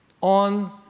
on